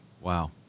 wow